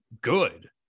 good